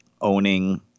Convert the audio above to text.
owning